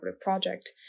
project